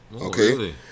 okay